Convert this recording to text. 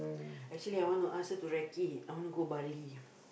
actually I want to ask her to recce I want to go Bali